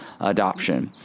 adoption